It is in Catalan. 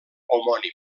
homònim